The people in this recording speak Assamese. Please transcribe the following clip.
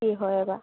কি হয় এইবাৰ